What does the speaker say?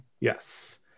Yes